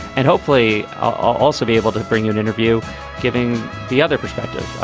and hopefully i'll also be able to bring you an interview giving the other perspective.